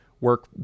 Work